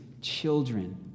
children